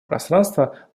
пространства